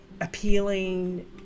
appealing